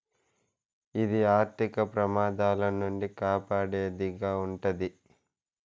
ఇది ఆర్థిక ప్రమాదాల నుండి కాపాడేది గా ఉంటది